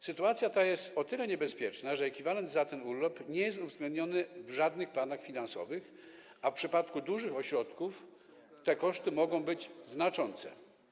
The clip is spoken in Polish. Sytuacja ta jest o tyle niebezpieczna, że ekwiwalent za ten urlop nie jest uwzględniony w żadnych planach finansowych, a w przypadku dużych ośrodków te koszty mogą być znaczące.